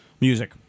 Music